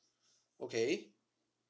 okay